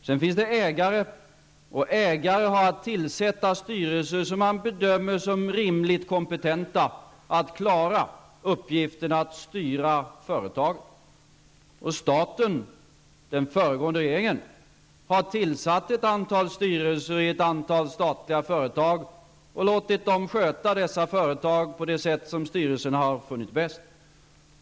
Sedan finns det ägare, och de har att tillsätta styrelser som de rimligen bedömer vara kompetenta att klara uppgiften att styra företagen. Staten, den föregående regeringen, har tillsatt ett antal styrelser i ett antal statliga företag och låtit dem sköta dessa företag på det sätt styrelsen har funnit bäst.